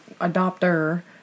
adopter